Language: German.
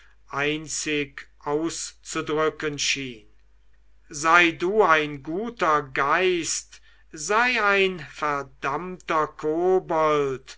einzig auszudrücken schien sei du ein guter geist sei ein verdammter kobold